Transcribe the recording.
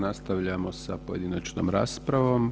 Nastavljamo sa pojedinačnom raspravom.